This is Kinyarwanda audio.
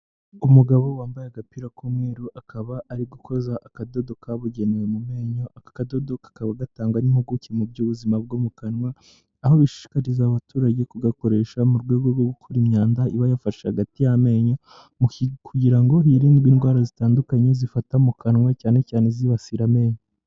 Umugabo wambaye agapira k'umweru, akaba ari gukoza akadodo kabugenewe mu menyo, aka akadodo kakaba gatangwa n'impuguke mu by'ubuzima bwo mu kanwa, aho bashishikariza abaturage kugakoresha mu rwego rwo gukura imyanda iba yafashe hagati y'amenyo, kugira ngo hirindwe indwara zitandukanye zifata mu kanwa, cyane cyane zibasira amenyo.